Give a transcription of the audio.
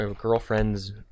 girlfriend's